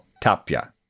Tapia